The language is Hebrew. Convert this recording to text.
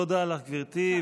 תודה רבה לך, גברתי.